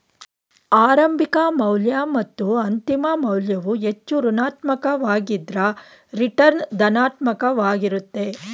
ಆರಂಭಿಕ ಮೌಲ್ಯ ಮತ್ತು ಅಂತಿಮ ಮೌಲ್ಯವು ಹೆಚ್ಚು ಋಣಾತ್ಮಕ ವಾಗಿದ್ದ್ರ ರಿಟರ್ನ್ ಧನಾತ್ಮಕ ವಾಗಿರುತ್ತೆ